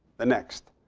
the next,